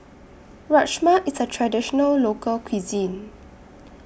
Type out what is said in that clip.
Rajma IS A Traditional Local Cuisine